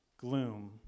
gloom